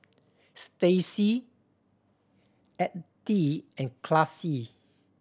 Stacey Edythe and Classie